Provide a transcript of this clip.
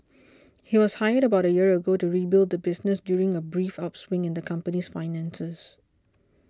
he was hired about a year ago to rebuild the business during a brief upswing in the company's finances